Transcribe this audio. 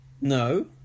No